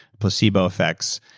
placebo effects.